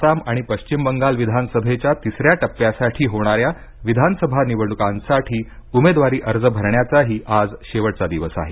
आसाम आणि पश्चिम बंगाल विधानसभेच्या तिसऱ्या टप्प्यासाठी होणाऱ्या विधानसभा निवडणुकांसाठी उमेदवारी अर्ज भरण्याचाही आज शेवटचा दिवस आहे